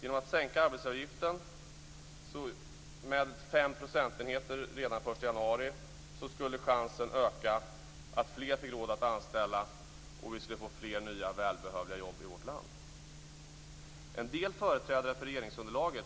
Genom att sänka arbetsgivaravgiften med 5 procentenheter redan den 1 januari skulle chansen öka att fler får råd att anställa. Vi skulle därmed få fler nya välbehövliga jobb i vårt land. En del företrädare för regeringsunderlaget